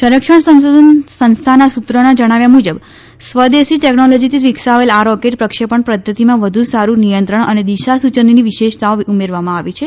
સંરક્ષણ સંશોધન સંસ્થાના સુત્રોના જણાવ્યા મુજબ સ્વદેશી ટેકનોલોજીથી વિકસાવેલ આ રોકેટ પ્રક્ષેપણ પદ્ધતિમાં વધુ સારુ નિયંત્રણ અને દિશા સૂચનની વિશેષતાઓ ઉમેરવામાં આવી છે